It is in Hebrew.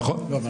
נכון.